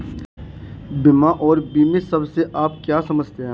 बीमा और बीमित शब्द से आप क्या समझते हैं?